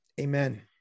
amen